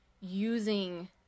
using